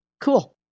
Cool